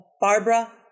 Barbara